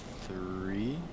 three